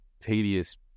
tedious